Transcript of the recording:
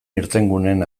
irtenguneen